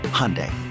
hyundai